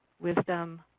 wisdom,